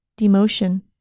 Demotion